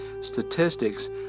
statistics